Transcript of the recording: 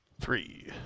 three